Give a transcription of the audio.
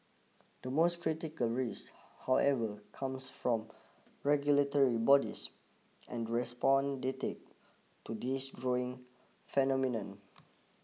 the most critical risk however comes from regulatory bodies and respond they take to this growing phenomenon